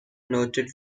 noted